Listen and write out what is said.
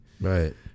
Right